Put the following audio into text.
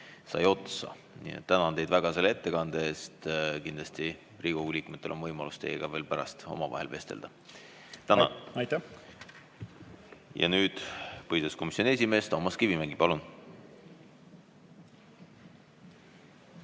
sai otsa. Tänan teid väga selle ettekande eest. Kindlasti Riigikogu liikmetel on võimalus teiega pärast omavahel vestelda. Tänan! Aitäh! Ja nüüd põhiseaduskomisjoni esimees Toomas Kivimägi. Palun!